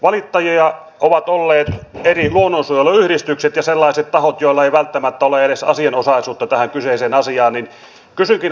valittajia ovat olleet eri luonnonsuojeluyhdistykset ja sellaiset tahot joilla ei välttämättä ole edes asianosaisuutta tähän kyseiseen asiaan